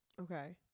Okay